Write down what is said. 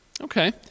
Okay